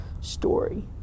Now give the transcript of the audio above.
story